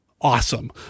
Awesome